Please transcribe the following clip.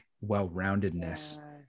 well-roundedness